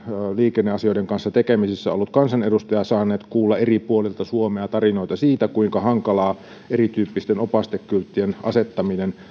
liikenneasioiden kanssa tekemisissä ollut kansanedustaja saaneet kuulla eri puolilta suomea tarinoita siitä kuinka hankalaa erityyppisten opastekylttien asettaminen